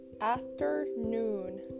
Afternoon